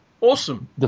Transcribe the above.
Awesome